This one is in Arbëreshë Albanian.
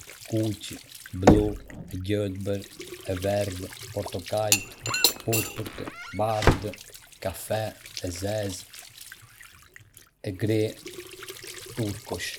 Ka shumë ngjyra, si e kuqe, e blu, e gjelbër, e verdhë, e portokalltë, e purpurtë, e bardhë, kafe, e zezë, e bardhë, e gri, dhe turkosh. Çdo ngjyrë ka nuancat e saj dhe mund të ndikojë në humorin dhe atmosferën.